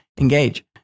engage